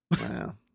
Wow